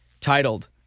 titled